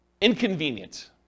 inconvenient